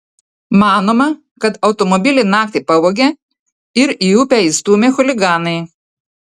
manoma kad automobilį naktį pavogė ir į upę įstūmė chuliganai